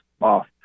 off